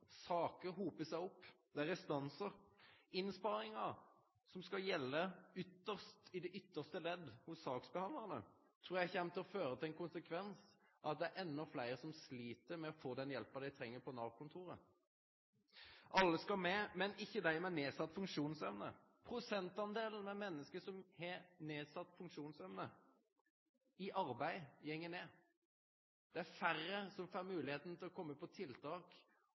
saker hopar seg opp, det er restansar. Innsparingar som skal gjelde i det ytste leddet, hos saksbehandlarane, trur eg kjem til å få den konsekvensen at det er enda fleire som slit med å få den hjelpa dei treng, på Nav-kontoret. Alle skal med, men ikkje dei med nedsett funksjonsevne. Prosentdelen menneske med nedsett funksjonsevne som er i arbeid, går ned. Det er færre som får moglegheita til å kome på tiltak,